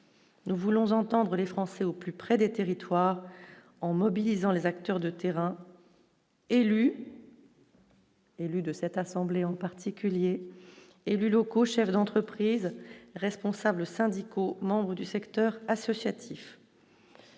nous voulons entendre les Français au plus près des territoires en mobilisant les acteurs de terrain. élus de cette assemblée, en particulier, élus locaux, chefs d'entreprise, responsables syndicaux, membres du secteur associatif.